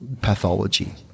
pathology